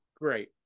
Great